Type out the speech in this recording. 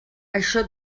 això